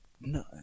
No